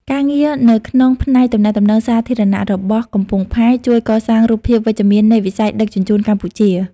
ការងារនៅក្នុងផ្នែកទំនាក់ទំនងសាធារណៈរបស់កំពង់ផែ ជួយកសាងរូបភាពវិជ្ជមាននៃវិស័យដឹកជញ្ជូនកម្ពុជា។